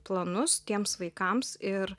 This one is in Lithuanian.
planus tiems vaikams ir